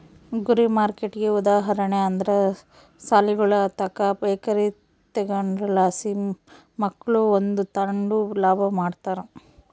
ಗುರಿ ಮಾರ್ಕೆಟ್ಗೆ ಉದಾಹರಣೆ ಅಂದ್ರ ಸಾಲಿಗುಳುತಾಕ ಬೇಕರಿ ತಗೇದ್ರಲಾಸಿ ಮಕ್ಳು ಬಂದು ತಾಂಡು ಲಾಭ ಮಾಡ್ತಾರ